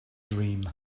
dream